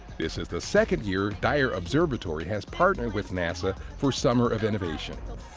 this is the second year dyer observatory has partnered with nasa for summer of innovation.